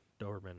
Doberman